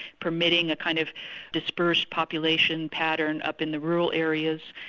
permitting a kind of dispersed population pattern up in the rural areas.